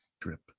drip